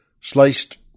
sliced